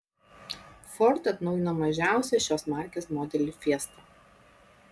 ford atnaujino mažiausią šios markės modelį fiesta